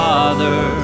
Father